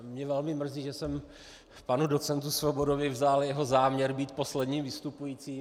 Mě velmi mrzí, že jsem panu docentu Svobodovi vzal jeho záměr být posledním vystupujícím.